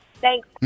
Thanks